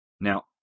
Now